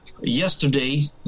yesterday